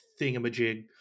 thingamajig